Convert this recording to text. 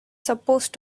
supposed